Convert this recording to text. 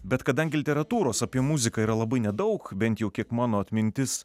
bet kadangi literatūros apie muziką yra labai nedaug bent jau kiek mano atmintis